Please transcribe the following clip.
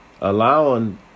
allowing